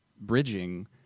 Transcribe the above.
bridging